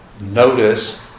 notice